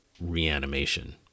reanimation